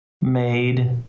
made